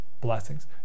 blessings